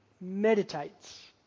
meditates